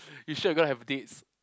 you sure you gonna have dates